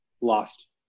lost